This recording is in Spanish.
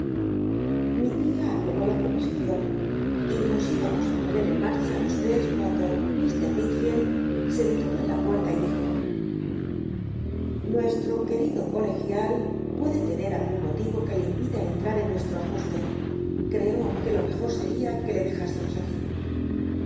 lji tia aprobó la proposicion y nos íbamos í poner en marcha los tres cuando lli wickfield se detuvo en la puerta y dijo nuestro querido colegial puede tener algun motiro que le impida enlmr en nuestro ajuste creo c ue lo mejor seria que le dejlisemos aquí